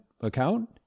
account